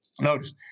Notice